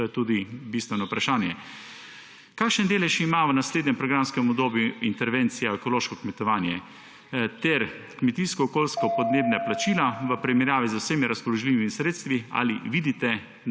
To je tudi bistveno vprašanje: Kakšen delež ima v naslednjem programskem obdobju intervencija v ekološko kmetovanje ter kmetijsko-okoljsko-podnebna plačila v primerjavi z vsemi razpoložljivimi sredstvi? Ali vidite